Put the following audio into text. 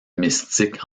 mystique